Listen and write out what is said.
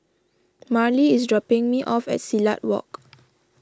Marlee is dropping me off at Silat Walk